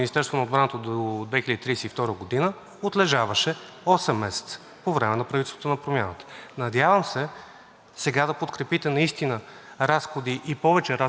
сега да подкрепите наистина повече разходи, защото модернизация без разходи не става. Това е проста математика – няма как да направиш нещо, без да инвестираш.